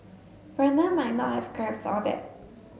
Brandon might not have grasped all that